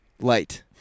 light